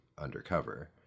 undercover